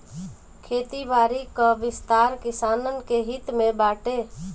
खेती बारी कअ विस्तार किसानन के हित में बाटे